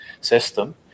system